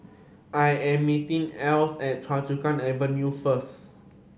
I am meeting Eloise at Choa Chu Kang Avenue first